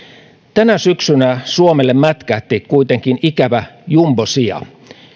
tänä syksynä suomelle mätkähti kuitenkin ikävä jumbosija